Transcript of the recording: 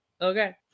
okay